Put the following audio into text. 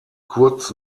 kurz